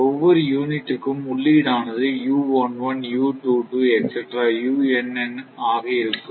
ஒவ்வொரு யூனிட்டுக்கும் உள்ளீடு ஆனது ஆக இருக்கும்